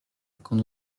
quand